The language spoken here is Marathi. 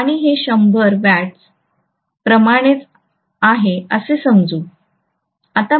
हे 100 वॅट्स प्रमाणेच आहे असे समजू